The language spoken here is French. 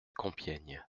compiègne